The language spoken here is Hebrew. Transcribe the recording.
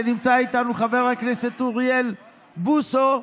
שנמצא איתנו חבר הכנסת אוריאל בוסו,